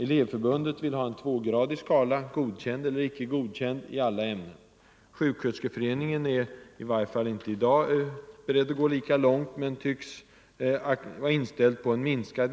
Elevförbundet vill ha en tvågradig skala — godkänd eller inte godkänd — i alla ämnen. Sjuksköterskeföreningen är i varje fall i dag inte beredd att gå lika långt, men tycks vara inställd på en minskad